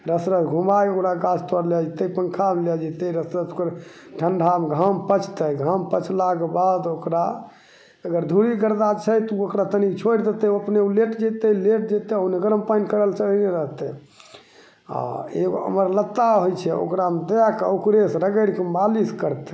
दस राउण्ड घुमैके ओकरा गाछतर लै जएतै पन्खामे लै जएतै रहतै रस रस तऽ ओकर ठण्डामे घाम पचतै घाम पचलाके बाद ओकरा अगर धुरी गरदा छै तऽ ओकरा तनि छोड़ि देतै ओ अपने ओ लेट जएतै लेट जएतै ओन्ने गरम पानि करैले चढ़ैले रहतै आओर एगो अमरलत्ता होइ छै ओकरामे दैके ओकरेसँ रगड़िके मालिश करतै